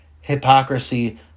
hypocrisy